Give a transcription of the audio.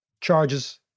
charges